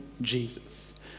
Jesus